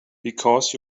because